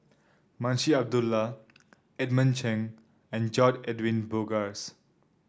Munshi Abdullah Edmund Cheng and George Edwin Bogaars